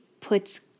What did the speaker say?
puts